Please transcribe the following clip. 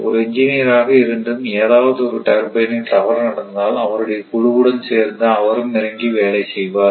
ஒரு இன்ஜினியராக இருந்தும் ஏதாவது ஒரு டர்பனில் தவறு நடந்தால் அவருடைய குழுவுடன் சேர்ந்து அவரும் இறங்கி வேலை செய்வார்